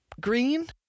green